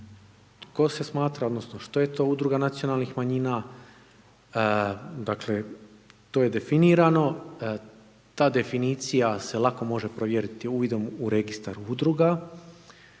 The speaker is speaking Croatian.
tko se smatra, odnosno što je to udruga nacionalnih manjina, dakle to je definirano ta definicija se lako može provjeriti uvidom u registar udruga,